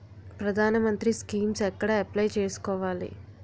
ప్రధాన మంత్రి స్కీమ్స్ ఎక్కడ అప్లయ్ చేసుకోవాలి?